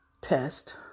test